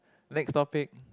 next topic